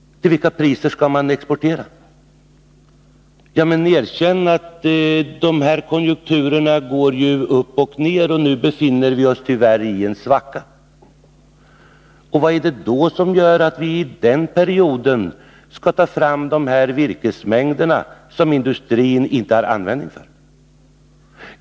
Till vilka priser ska man exportera? Erkänn att konjunkturerna går upp och ned och att vi nu tyvärr befinner oss i en svacka! Vad är det som gör att vi under en sådan period skall ta fram virkesmängder som industrin inte har användning för?